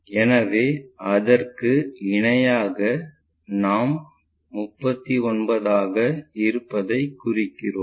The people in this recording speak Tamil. எனவே அதற்கு இணையாக நாம் 39 ஆக இருப்பதைக் குறிக்கிறோம்